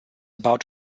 about